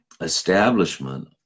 establishment